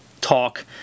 Talk